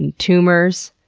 and tumors,